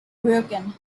broken